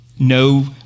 no